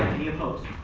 any opposed?